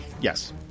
Yes